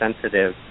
sensitive